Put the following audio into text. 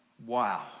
Wow